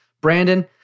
Brandon